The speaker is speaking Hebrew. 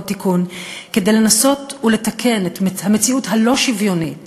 תיקון כדי לנסות ולתקן את המציאות הלא-שוויונית